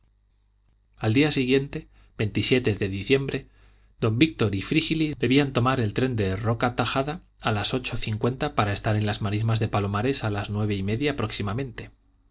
al día siguiente de diciembre don víctor y frígilis debían tomar el tren de roca tajada a las ocho cincuenta para estar en las marismas de palomares a las nueve y media próximamente